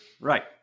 Right